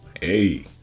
Hey